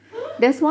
!huh!